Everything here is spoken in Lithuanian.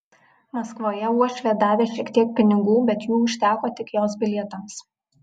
maskvoje uošvė davė šiek tiek pinigų bet jų užteko tik jos bilietams